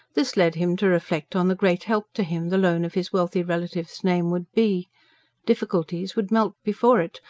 this led him to reflect on the great help to him the loan of his wealthy relative's name would be difficulties would melt before it.